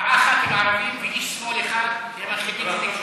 ארבעה ח"כים ערבים ואיש שמאל אחד הם היחידים,